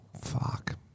Fuck